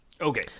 Okay